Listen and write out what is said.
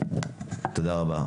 תודה רבה.